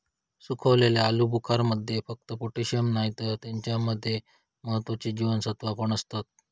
सुखवलेल्या आलुबुखारमध्ये फक्त पोटॅशिअम नाही तर त्याच्या मध्ये महत्त्वाची जीवनसत्त्वा पण असतत